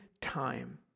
time